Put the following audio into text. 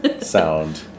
sound